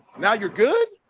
now you're good,